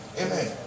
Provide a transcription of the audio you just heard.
Amen